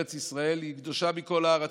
ארץ ישראל היא קדושה מכל הארצות.